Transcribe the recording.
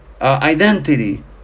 identity